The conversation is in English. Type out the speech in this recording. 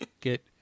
get